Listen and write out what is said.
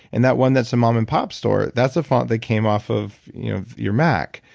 and that one that's a mom and pop store. that's a font that came off of you know your mac,